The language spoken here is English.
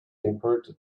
import